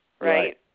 right